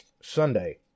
Sunday